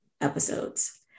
episodes